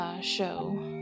show